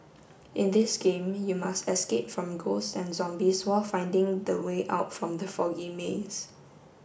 in this game you must escape from ghosts and zombies while finding the way out from the foggy maze